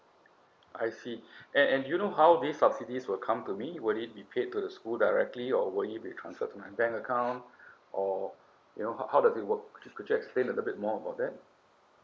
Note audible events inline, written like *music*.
I see *breath* and and do you know how these subsidies will come to me will it be paid to the school directly or would it be transferred to my bank account or you know how how does it work could you explain a little bit more about that